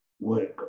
work